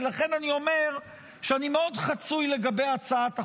ולכן אני אומר, שאני מאוד חצוי לגבי הצעת החוק.